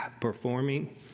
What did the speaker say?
Performing